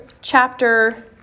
chapter